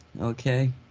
Okay